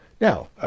Now